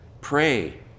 Pray